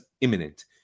imminent